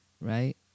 Right